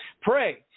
Pray